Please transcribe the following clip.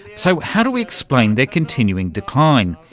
so how do we explain their continuing decline?